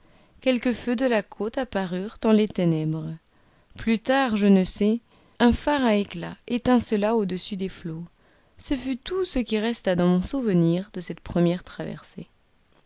quelques feux de la côte apparurent dans les ténèbres plus tard je ne sais un phare à éclats étincela au-dessus des flots ce fut tout ce qui resta dans mon souvenir de cette première traversée